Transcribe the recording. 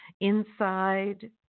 inside